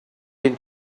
can